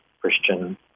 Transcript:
Christian